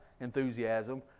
enthusiasm